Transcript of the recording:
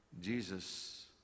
Jesus